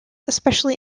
especially